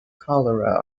cholera